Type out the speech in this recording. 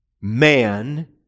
man